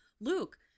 Luke